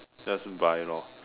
just buy lor